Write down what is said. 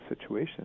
situation